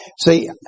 See